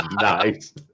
nice